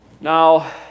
Now